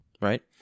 right